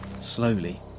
Slowly